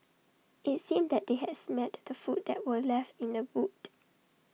IT seemed that they had smelt the food that were left in the boot